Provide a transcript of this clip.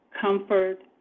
comfort